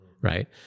right